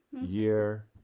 year